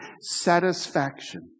satisfaction